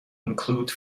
include